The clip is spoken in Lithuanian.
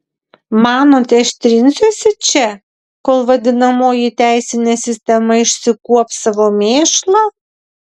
manote aš trinsiuosi čia kol vadinamoji teisinė sistema išsikuops savo mėšlą